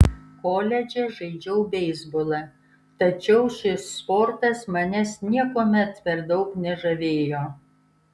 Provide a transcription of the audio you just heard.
koledže žaidžiau beisbolą tačiau šis sportas manęs niekuomet per daug nežavėjo